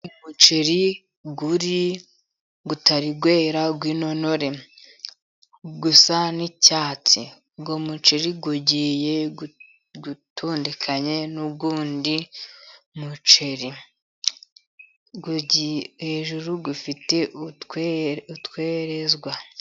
Umuceri utari wera w'intonore usa n'icyatsi. Uwo muceri ugiye utondekanye n'undi muceri. Hejuru ufite utwerezwa.